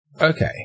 Okay